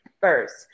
First